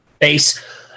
base